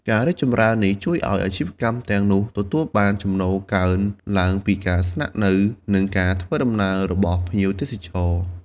ការរីកចម្រើននេះជួយឲ្យអាជីវកម្មទាំងនោះទទួលបានចំណូលកើនឡើងពីការស្នាក់នៅ និងការធ្វើដំណើររបស់ភ្ញៀវទេសចរ។